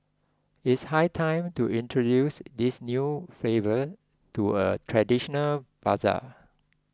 it is high time to introduce these new favor to a traditional bazaar